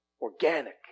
organic